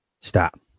Stop